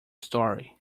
story